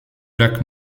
lac